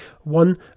one